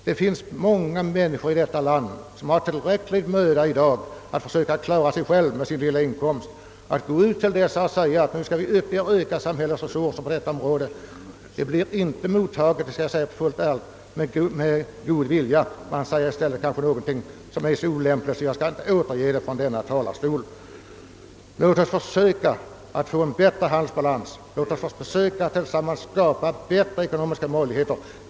Det finns många människor i vårt land som i dag har tillräckligt svårt att försöka klara sig själva på sin lilla inkomst. Den som går ut och säger till dessa människor, att nu skall vi öka samhällets insatser på u-hjälpsområdet, kommer inte att vinna något gehör. I stället torde vederbörande mötas av yttranden som är så olämpliga att jag inte skall återge dem från denna talarstol. Nej, låt oss försöka få en bättre handelsbalans, låt oss försöka att tillsammans skapa bättre ekonomiska möjligheter.